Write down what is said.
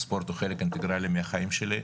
וספורט הוא חלק אינטגרלי מהחיים שלי.